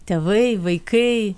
tėvai vaikai